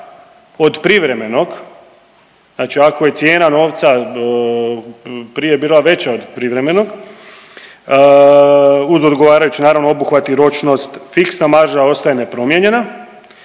od privremenog, znači ako je cijena novca prije bila veća od privremenog, uz odgovarajući naravno obuhvat i ročnost, fiksna marža ostaje nepromijenjena,